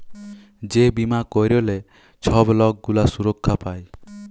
যে বীমা ক্যইরলে ছব লক গুলা সুরক্ষা পায়